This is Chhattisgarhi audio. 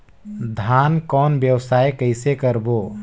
धान कौन व्यवसाय कइसे करबो?